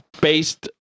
based